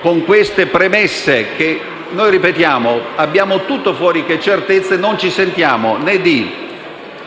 Con queste premesse, ribadiamo di avere tutto fuorché certezze: non ci sentiamo né di